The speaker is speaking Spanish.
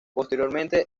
posteriormente